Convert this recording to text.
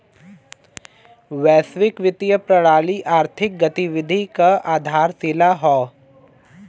वैश्विक वित्तीय प्रणाली आर्थिक गतिविधि क आधारशिला हौ